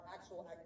actual